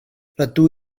rydw